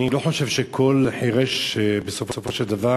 אני לא חושב שכל חירש בסופו של דבר